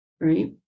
right